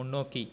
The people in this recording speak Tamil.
முன்னோக்கி